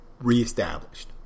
reestablished